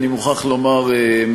אני מוכרח לומר,